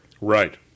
right